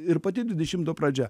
ir pati dvidešimto pradžia